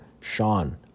Sean